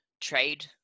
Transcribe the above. trade